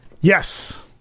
Yes